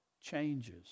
changes